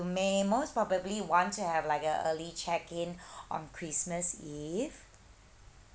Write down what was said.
may most probably want to have like a early check in on christmas eve